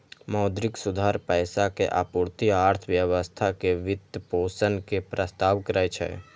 मौद्रिक सुधार पैसा के आपूर्ति आ अर्थव्यवस्था के वित्तपोषण के प्रस्ताव करै छै